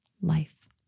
life